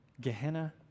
Gehenna